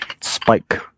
Spike